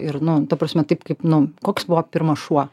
ir nu ta prasme taip kaip nu koks buvo pirmas šuo